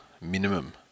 minimum